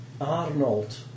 Arnold